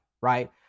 right